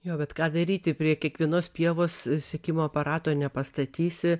jo bet ką daryti prie kiekvienos pievos sekimo aparato nepastatysi